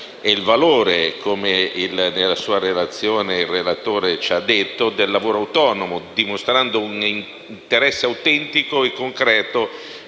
Grazie